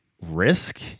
risk